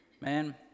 man